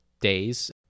days